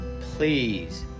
please